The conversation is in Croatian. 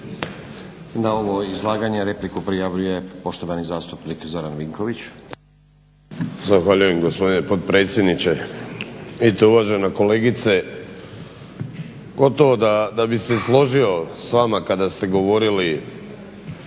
Na ovo izlaganje repliku prijavljuje poštovani zastupnik Zoran Vinković. **Vinković, Zoran (HDSSB)** Zahvaljujem gospodine potpredsjedniče. Vidite uvažena kolegice gotovo da bih se složio s vama kada ste govorili